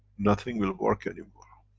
nothing will work anymore.